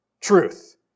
truth